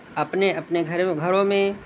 اپنے اپنے گھروں میں